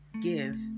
give